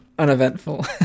Uneventful